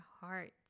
hearts